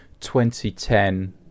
2010